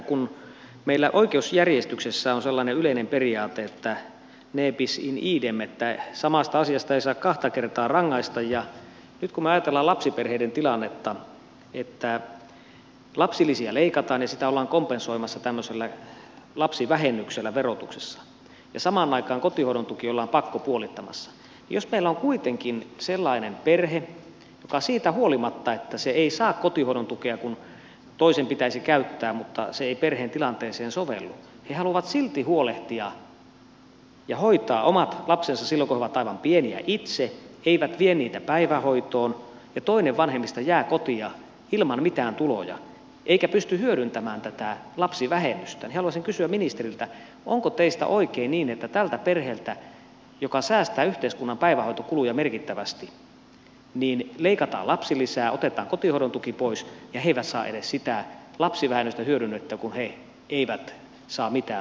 kun meillä oikeusjärjestyksessä on sellainen yleinen ne bis in idem periaate että samasta asiasta ei saa kahta kertaa rangaista ja nyt kun me ajattelemme lapsiperheiden tilannetta että lapsilisiä leikataan ja sitä ollaan kompensoimassa tämmöisellä lapsivähennyksellä verotuksessa ja samaan aikaan kotihoidon tuki ollaan pakkopuolittamassa niin jos meillä on kuitenkin sellainen perhe joka siitä huolimatta että se ei saa kotihoidon tukea kun toisen pitäisi käyttää mutta se ei perheen tilanteeseen sovellu haluaa silti itse hoitaa omat lapsensa silloin kun nämä ovat aivan pieniä eivät vie heitä päivähoitoon ja toinen vanhemmista jää kotiin ilman mitään tuloja eikä pysty hyödyntämään tätä lapsivähennystä niin onko teistä oikein se että tältä perheeltä joka säästää yhteiskunnan päivähoitokuluja merkittävästi leikataan lapsilisää otetaan kotihoidon tuki pois ja he eivät saa edes sitä lapsivähennystä hyödynnettyä kun he eivät saa mitään tuloja